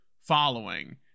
following